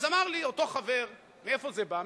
אז אמר לי אותו חבר, מאיפה זה בא?